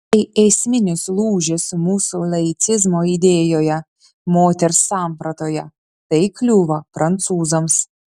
tai esminis lūžis mūsų laicizmo idėjoje moters sampratoje tai kliūva prancūzams